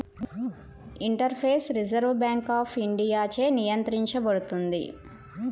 interface reserve bank of ఇండియాచే నియంత్రించబడుతుంది